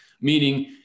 meaning